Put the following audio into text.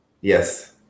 Yes